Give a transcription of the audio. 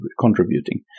contributing